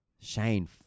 Shane